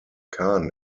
kahn